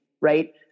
right